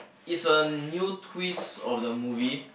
is a new twist of the movie